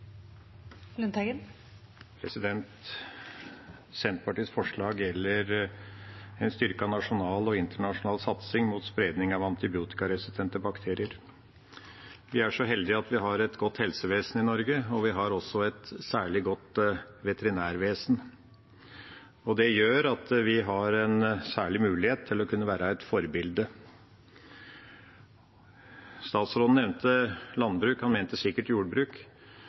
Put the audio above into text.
så heldige at vi har et godt helsevesen i Norge, og vi har også et særlig godt veterinærvesen. Det gjør at vi har en særlig mulighet til å kunne være et forbilde. Statsråden nevnte landbruk. Han mente sikkert jordbruk,